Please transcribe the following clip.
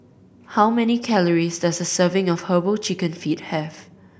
how many calories does a serving of Herbal Chicken Feet have